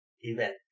event